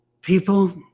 people